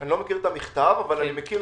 אני לא מכיר את המכתב, אבל אני מכיר